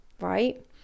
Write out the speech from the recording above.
right